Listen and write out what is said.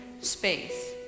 space